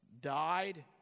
died